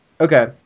Okay